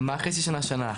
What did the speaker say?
מה חצי שנה-שנה?